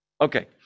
Okay